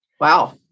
Wow